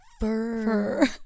Fur